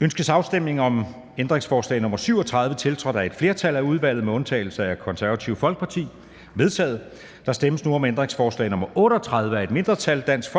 Ønskes afstemning om ændringsforslag nr. 37, tiltrådt af et flertal (udvalget med undtagelse af KF)? Det er vedtaget. Der stemmes om ændringsforslag nr. 38 af et mindretal (DF).